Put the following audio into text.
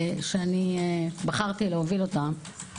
שבחרתי להוביל אותן,